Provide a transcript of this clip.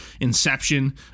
inception